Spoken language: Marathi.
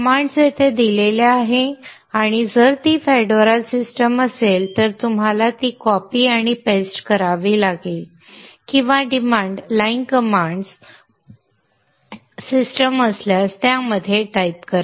कमांड्स येथे दिल्या आहेत आणि जर ती फेडोरा सिस्टम असेल तर तुम्हाला ती कॉपी आणि पेस्ट करावी लागेल किंवा command line commands refer time 0435 system असल्यास त्यामध्ये टाइप करा